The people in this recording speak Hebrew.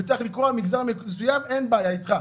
וזה צריך ליפול על מגזר מסוים, אין בעיה, איתך.